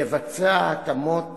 לבצע התאמות